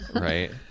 Right